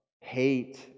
hate